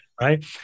right